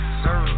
sir